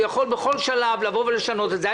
הוא יכול בכל שלב לבוא ולשנות את זה.